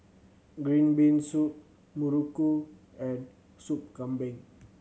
green bean soup muruku and Soup Kambing